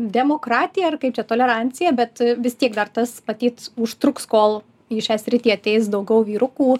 demokratija ar kaip čia tolerancija bet vis tiek dar tas matyt užtruks kol į šią sritį ateis daugiau vyrukų